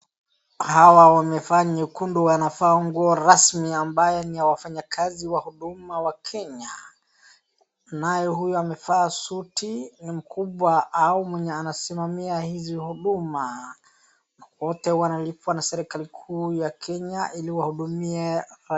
Hawa wamevaa nyekundu wanavaa nguo rasmi ambayo ni ya wafanyakazi wa huduma wa kenya. Nayo huyu amevaa suti ni mkubwa au mwenye anasimamia hizi huduma na wote wanalipwa na serikali kuu ya Kenya ili wahudumie.